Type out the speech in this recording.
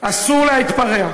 אסור להתפרע,